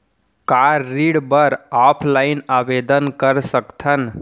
का ऋण बर ऑफलाइन आवेदन कर सकथन?